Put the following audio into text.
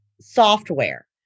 software